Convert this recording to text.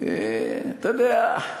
ואתה יודע,